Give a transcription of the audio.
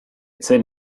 zen